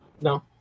No